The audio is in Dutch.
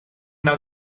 nou